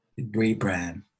rebrand